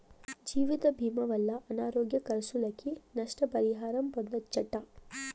జీవితభీమా వల్ల అనారోగ్య కర్సులకి, నష్ట పరిహారం పొందచ్చట